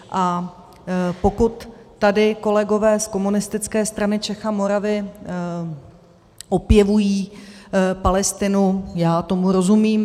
A pokud tady kolegové z Komunistické strany Čech a Moravy opěvují Palestinu já tomu rozumím.